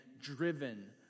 driven